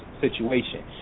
Situation